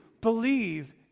believe